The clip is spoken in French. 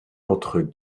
entre